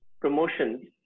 promotions